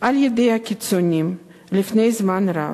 על-ידי הקיצונים לפני זמן רב.